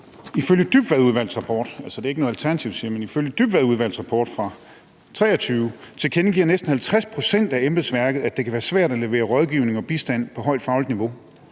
er jo embedsværket selv, der tilkendegiver – næsten 50 pct. af embedsværket – at det kan være svært at levere rådgivning og bistand på højt fagligt niveau